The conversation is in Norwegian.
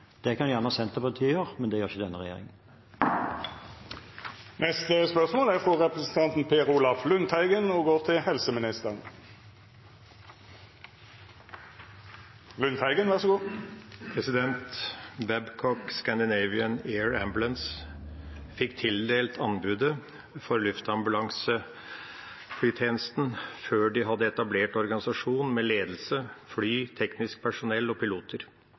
Det kan gjerne Senterpartiet gjøre, men det gjør ikke denne regjeringen. «Babcock Scandinavian AirAmbulance fikk tildelt anbudet for luftambulansetjenesten før de hadde etablert organisasjon med ledelse, fly, teknisk personell og piloter. Selskapet hadde ikke erfaring fra ambulanseflytransport i Norge. Hvordan kunne Luftambulansetjenesten HF – LAT HF – uten å gjennomføre en egen sårbarhets- og